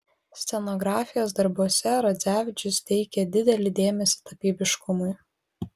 scenografijos darbuose radzevičius teikė didelį dėmesį tapybiškumui